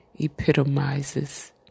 epitomizes